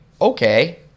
okay